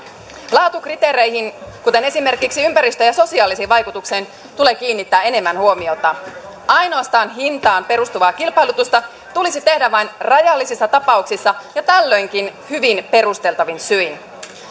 laatukriteereihin kuten esimerkiksi ympäristöön ja sosiaaliseen vaikutukseen tulee kiinnittää enemmän huomiota ainoastaan hintaan perustuvaa kilpailutusta tulisi tehdä vain rajallisissa tapauksissa ja tällöinkin hyvin perusteltavin syin